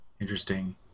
Interesting